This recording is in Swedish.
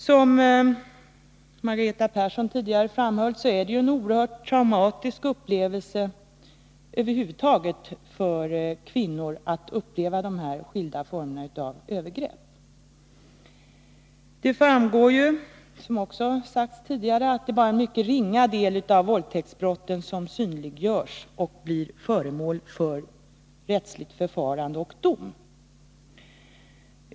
Som Margareta Persson framhöll är ju dessa skilda former av övergrepp över huvud taget en oerhört traumatisk upplevelse för kvinnor. Det framgår, som också sagts tidigare, att det bara är en mycket ringa del av våldtäktsbrotten som synliggörs och blir föremål för rättsligt förfarande och dom.